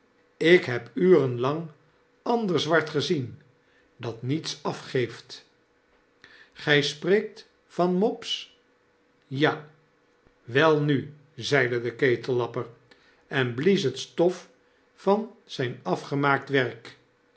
ik heb uren lang ander zwart gezien dat niets afgeeft gry spreekt van mopes a j a welnu zeide de ketellapper en blies het stof van zyn afgemaakt werk